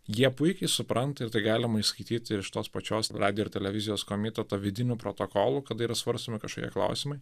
jie puikiai supranta ir tai galima išskaityt iš tos pačios radijo ir televizijos komiteto vidinių protokolų kada yra svarstomi kažkokie klausimai